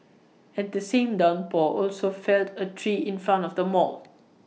and the same downpour also felled A tree in front of the mall